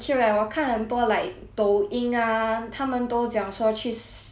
抖音 ah 他们都讲说去 Disney 很好玩这样